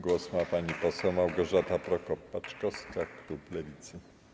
Głos ma pani poseł Małgorzata Prokop-Paczkowska, klub Lewicy.